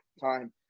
time